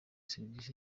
serivisi